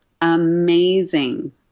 amazing